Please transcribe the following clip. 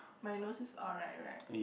my nose is alright [right]